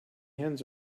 hens